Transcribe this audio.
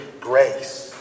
grace